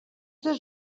dos